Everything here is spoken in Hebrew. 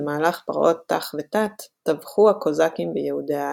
במהלך פרעות ת"ח ות"ט,